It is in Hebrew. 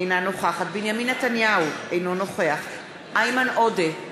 אינה נוכחת בנימין נתניהו, אינו נוכח איימן עודה,